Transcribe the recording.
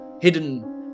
hidden